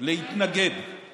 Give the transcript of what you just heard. להתנגד לה.